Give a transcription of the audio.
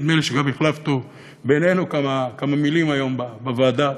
נדמה לי שגם החלפנו בינינו כמה מילים היום בוועדה,